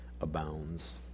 abounds